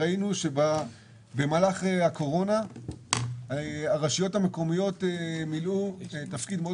ראינו במהלך הקורונה שהרשויות המקומיות מילאו תפקיד מאוד